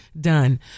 done